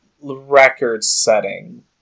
record-setting